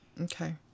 Okay